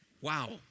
Wow